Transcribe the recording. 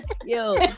Yo